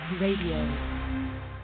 Radio